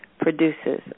produces